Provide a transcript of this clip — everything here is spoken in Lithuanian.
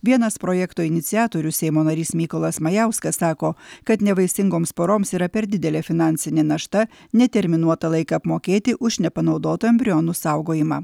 vienas projekto iniciatorių seimo narys mykolas majauskas sako kad nevaisingoms poroms yra per didelė finansinė našta neterminuotą laiką apmokėti už nepanaudotų embrionų saugojimą